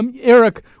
Eric